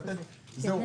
לא להגיד: זהו,